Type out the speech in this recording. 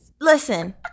Listen